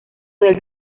del